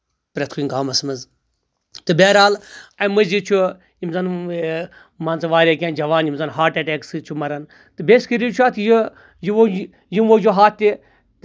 پرٮ۪تھ کُنہِ گامَس منٛز تہٕ بہرحال اَمہِ مٔزیٖد چھُ یِم زَن مان ژٕ واریاہ کیٚنٛہہ جوان یِم زن ہاٹ ایٹیک سۭتۍ چھِ مَران بیسِکٔلی چھُ اَتھ یہِ یِم وجوٗہات تہِ